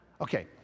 Okay